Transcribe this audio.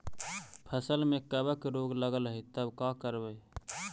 फसल में कबक रोग लगल है तब का करबै